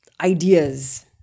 ideas